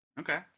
Okay